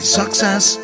success